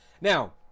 now